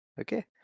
okay